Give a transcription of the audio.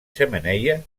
xemeneia